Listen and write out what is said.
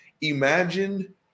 Imagine